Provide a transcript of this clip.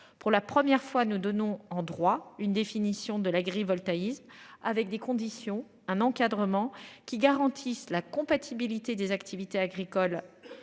pour la première fois, nous donnons en droit une définition de l'agrivoltaïsme avec des conditions. Un encadrement qui garantissent la compatibilité des activités agricoles